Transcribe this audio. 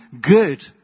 good